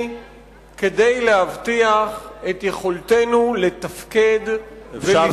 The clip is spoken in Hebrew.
כדי להבטיח את יכולתנו לתפקד ולפעול,